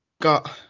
got